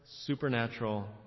supernatural